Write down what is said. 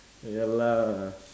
ya lah